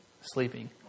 sleeping